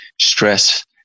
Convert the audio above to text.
stress